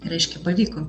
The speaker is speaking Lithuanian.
reiškia pavyko